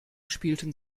spielten